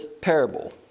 parable